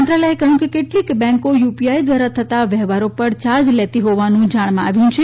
મંત્રાલયે કહયું કે કેટલીક બેંકો યુપીઆઇ ધ્વારા થતાં વ્યવહારો પર યાર્જ લેતી હોવાનું જાણમાં આવ્યું છે